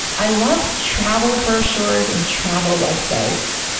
i love travel brochures and travel web sites.